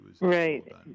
Right